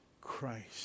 Christ